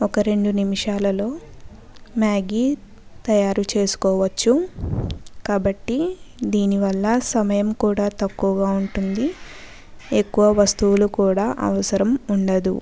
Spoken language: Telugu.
ఒక రెండు నిమిషాలలో మ్యాగి తయారు చేసుకోవచ్చు కాబట్టీ దీని వల్ల సమయం కూడా తక్కువ గా ఉంటుంది ఎక్కువ వస్తువులు కూడా అవసరం ఉండదు